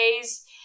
days